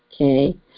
okay